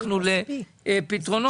לפתרונות,